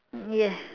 yeah